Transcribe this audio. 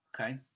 Okay